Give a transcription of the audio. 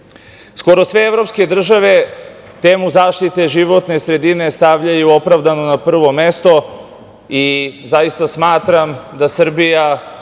sve evropske države temu zaštite životne sredine stavljaju opravdano na prvo mesto. Zaista smatram da Srbija